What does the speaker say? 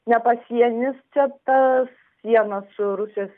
ne pasienis čia tas sienos su rusijos